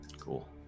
Cool